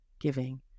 giving